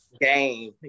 game